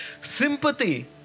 Sympathy